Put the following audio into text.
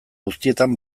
guztietan